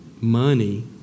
money